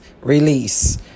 release